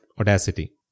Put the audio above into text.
Audacity